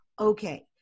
Okay